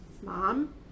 Mom